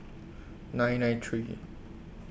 nine nine three